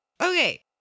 Okay